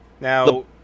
Now